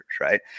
right